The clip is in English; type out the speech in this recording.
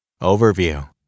Overview